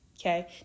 Okay